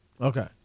okay